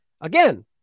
again